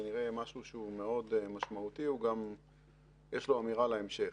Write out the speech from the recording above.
זה נראה משהו מאוד משמעותי וגם יש לו אמירה להמשך.